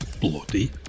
Bloody